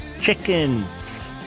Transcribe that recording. chickens